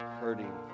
hurting